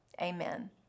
Amen